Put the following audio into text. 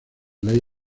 ley